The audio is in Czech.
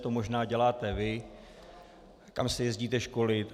To možná děláte vy, kam se jezdíte školit.